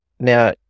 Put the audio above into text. Now